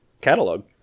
catalog